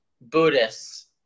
Buddhists